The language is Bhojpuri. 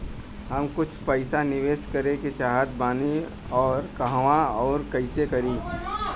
हम कुछ पइसा निवेश करे के चाहत बानी और कहाँअउर कइसे करी?